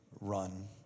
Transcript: run